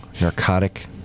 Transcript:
narcotic